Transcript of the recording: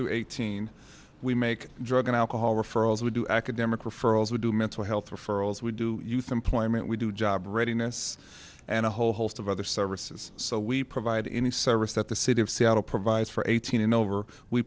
to eighteen we make drug and alcohol referrals we do academic referrals we do mental health referrals we do you think point we do job readiness and a whole host of other services so we provide a service that the city of seattle provides for eighteen and over we